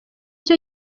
cyo